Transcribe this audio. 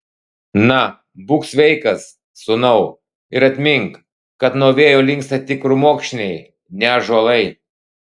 na būk sveikas sūnau ir atmink kad nuo vėjo linksta tik krūmokšniai ne ąžuolai